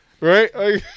Right